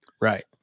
right